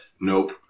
Nope